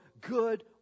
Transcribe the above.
good